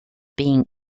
being